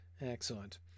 excellent